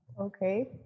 Okay